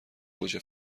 گوجه